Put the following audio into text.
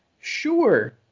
Sure